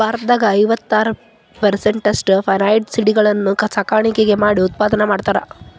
ಭಾರತದಾಗ ಐವತ್ತಾರ್ ಪೇರಿಸೆಂಟ್ನಷ್ಟ ಫೆನೈಡ್ ಸಿಗಡಿಗಳನ್ನ ಸಾಕಾಣಿಕೆ ಮಾಡಿ ಉತ್ಪಾದನೆ ಮಾಡ್ತಾರಾ